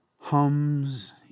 hums